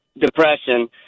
depression